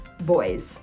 boys